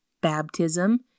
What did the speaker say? baptism